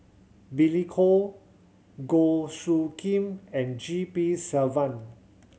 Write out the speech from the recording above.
Billy Koh Goh Soo Khim and G P Selvam